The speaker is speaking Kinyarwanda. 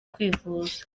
kwivuza